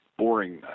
boringness